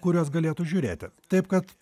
kuriuos galėtų žiūrėti taip kad